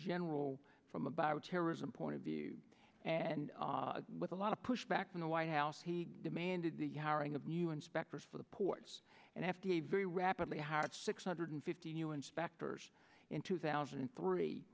general from a bioterrorism point of view and with a lot of pushback from the white house he demanded the hiring of new inspectors for the ports and f d a very rapidly hard six hundred fifty new inspectors in two thousand and three